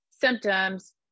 symptoms